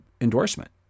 endorsement